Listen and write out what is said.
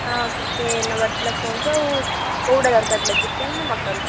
ହଁ କେତେ ନେବାର ଥିଲା କୁହନ୍ତୁ ଆଉ କେଉଁଟା ଦରକାର ଥିଲା ଚିକେନ୍ ନା ମଟନ୍